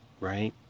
Right